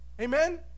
Amen